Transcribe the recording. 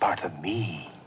part of me